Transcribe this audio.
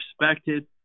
respected